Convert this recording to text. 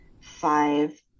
five